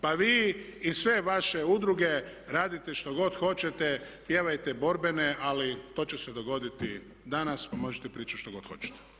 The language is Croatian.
Pa vi i sve vaše udruge radite što god hoćete, pjevajte borbene ali to će se dogoditi danas, pa možete pričati što god hoćete.